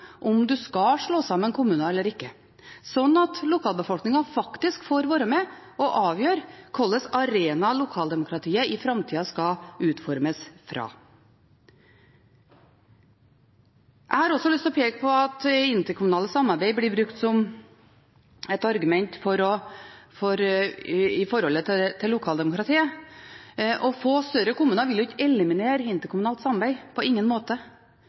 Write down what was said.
skal slå sammen kommuner eller ikke, slik at lokalbefolkningen faktisk får være med og avgjøre hva slags arena lokaldemokratiet i framtida skal utformes fra. Jeg har også lyst til å peke på at interkommunalt samarbeid blir brukt som et argument med tanke på lokaldemokratiet. Å få større kommuner vil ikke eliminere interkommunalt samarbeid – på ingen måte.